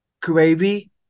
gravy